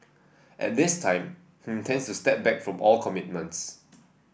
at this time he intends to step back from all commitments